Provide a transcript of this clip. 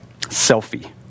Selfie